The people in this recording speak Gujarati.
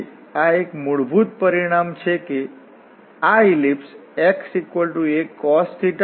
તેથી આપણે આ ઇન્ટીગ્રલ પરફોર્મ કરી શકીએ છીએ અહીં આપણે ab કોમન લઈ શકીએ છીએ આપણી પાસે θ છે